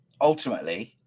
ultimately